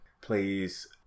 Please